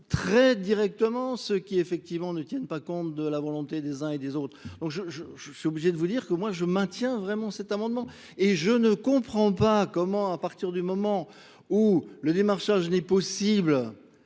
très directement ceux qui effectivement ne tiennent pas compte de la volonté des uns et des autres. Donc je suis obligé de vous dire que moi je maintiens vraiment cet amendement et je ne comprends pas comment à partir du moment où le démarchage n'est possible,